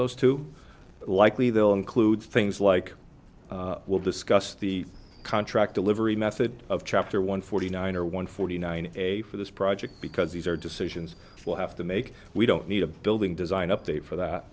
those two likely they'll include things like we'll discuss the contract delivery method of chapter one forty nine or one forty nine a for this project because these are decisions you'll have to make we don't need a building design update for that